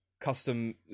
custom